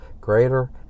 greater